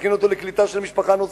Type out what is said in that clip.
מכין אותו לקליטה של משפחה נוספת.